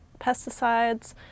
pesticides